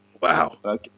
Wow